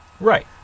Right